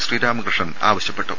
ശ്രീരാമകൃഷ്ണൻ ആവശ്യപ്പെട്ടു